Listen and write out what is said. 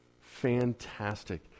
Fantastic